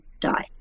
die